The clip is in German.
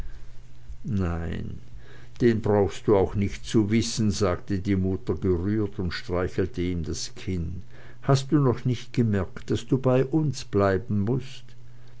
nicht den brauchst du auch nicht zu wissen sagte die mutter gerührt und streichelte ihm das kinn hast du noch nicht gemerkt daß du bei uns bleiben mußt